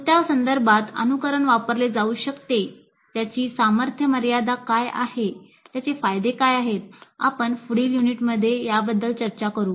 कोणत्या संदर्भात अनुकरण वापरले जाऊ शकते त्याची सामर्थ्य मर्यादा काय आहेत त्याचे फायदे काय आहेत आपण पुढील युनिटमध्ये याबद्दल चर्चा करू